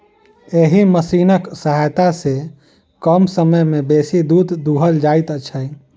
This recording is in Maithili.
एहि मशीनक सहायता सॅ कम समय मे बेसी दूध दूहल जाइत छै